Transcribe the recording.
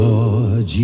Lord